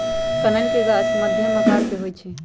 कनइल के गाछ मध्यम आकर के होइ छइ